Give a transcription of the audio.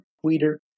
Twitter